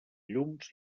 llums